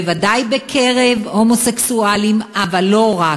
בוודאי בקרב הומוסקסואלים, אבל לא רק,